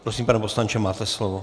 Prosím, pane poslanče, máte slovo.